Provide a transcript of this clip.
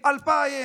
1980,